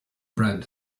brand